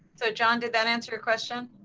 so john, did that answer your question?